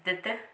ਸਥਿਤ